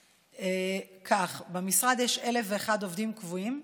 כך: במשרד יש 1,001 עובדים קבועים,